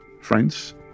friends